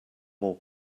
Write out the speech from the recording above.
more